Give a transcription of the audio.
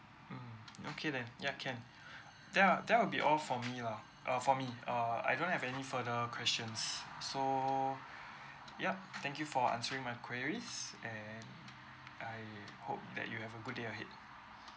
mm okay then ya can then ah that'll be all from me lah uh for me err I don't have any further questions so yup thank you for answering my queries and I hope that you have a good day ahead